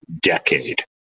decade